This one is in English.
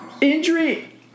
injury